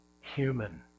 human